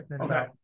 Okay